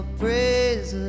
praise